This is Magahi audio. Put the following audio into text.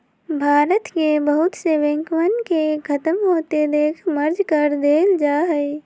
भारत के बहुत से बैंकवन के खत्म होते देख मर्ज कर देयल जाहई